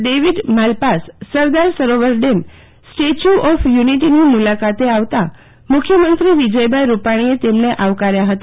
David Malpass Sardar Sarovar dam statue of યુનિટીની મુલાકાતે આવતા મુખ્યમંત્રી વિજયભાઈ રૂપાણીએ જેમને આવકાર્યા હતા